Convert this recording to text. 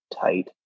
tight